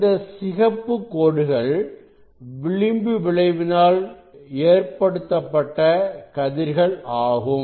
இந்த சிகப்பு கோடுகள் விளிம்பு விளைவினால் ஏற்படுத்தப்பட்டகதிர்கள் ஆகும்